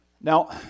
Now